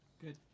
Good